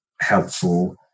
helpful